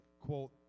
quote